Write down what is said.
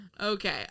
Okay